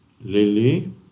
Lily